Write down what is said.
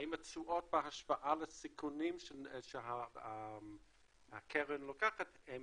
האם התשואות בהשוואה לסיכונים שהקרן לוקחת הם